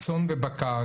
צאן ובקר,